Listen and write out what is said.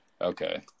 okay